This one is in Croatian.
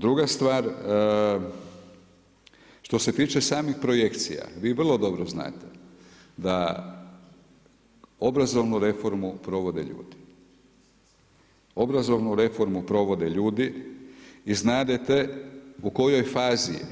Druga stvar, što se tiče samih projekcija, vi vrlo dobro znate da obrazovnu reformu provode ljudi, obrazovnu reformu provode ljudi i znadete u kojoj fazi je